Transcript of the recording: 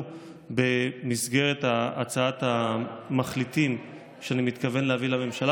במסגרת הצעת המחליטים שאני מתכוון להביא לממשלה.